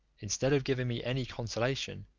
instead of giving me any consolation,